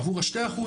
עבור 2%